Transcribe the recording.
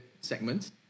segments